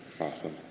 Awesome